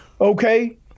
Okay